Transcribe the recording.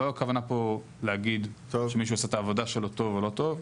הכוונה פה היא לא להגיד שמישהו עשה את העבודה שלו טוב או לא טוב,